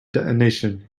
detonation